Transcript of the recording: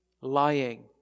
lying